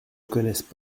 connaissent